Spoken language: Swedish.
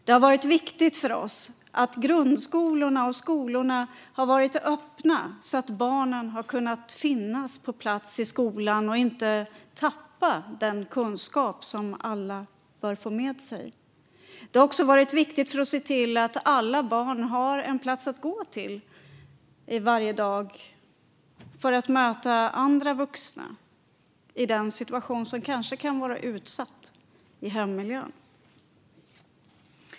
Det har varit viktigt för oss att grundskolorna har varit öppna så att barnen har kunnat vara på plats i skolan för att inte tappa den kunskap som alla bör få med sig. Det har också varit viktigt för att se till att alla barn har en plats att gå till varje dag för att möta andra vuxna i en situation som kanske kan vara utsatt i hemmiljön.